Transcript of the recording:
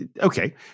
okay